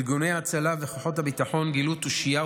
ארגוני ההצלה וכוחות הביטחון גילו תושייה